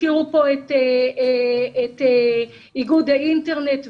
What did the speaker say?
הזכירו פה את איגוד האינטרנט וכו',